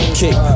kick